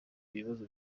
ibibazo